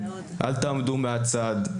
אל תעמדו מהצד.